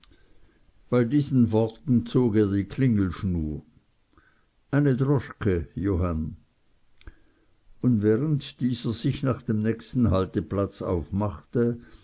bei diesen worten zog er die klingelschnur eine droschke johann und während dieser sich nach dem nächsten halteplatz aufmachte